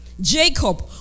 Jacob